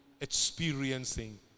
experiencing